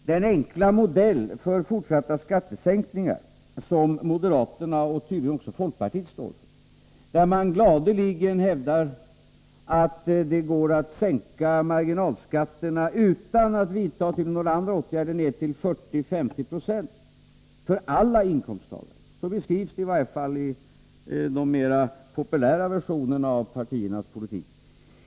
Moderaterna, och tydligen även folkpartiet, står för en enkel modell för fortsatta skattesänkningar, där man gladeligen hävdar att det går att sänka marginalskatten ned till 40-50 96 för alla inkomsttagare utan att ta till några särskilda åtgärder — så beskrivs det i alla fall i de mera populära versionerna av partiernas politik.